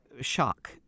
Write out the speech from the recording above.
shock